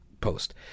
post